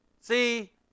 See